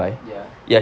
ya